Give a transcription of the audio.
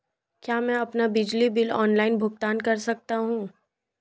क्या मैं अपना बिजली बिल ऑनलाइन भुगतान कर सकता हूँ?